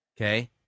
okay